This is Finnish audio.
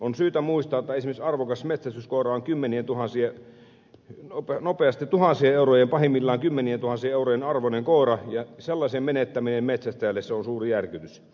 on syytä muistaa että esimerkiksi arvokas metsästyskoira on nopeasti tuhansien eurojen ja pahimmillaan kymmenientuhansien eurojen arvoinen ja sellaisen menettäminen on metsästäjälle suuri järkytys